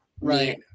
right